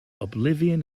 oblivion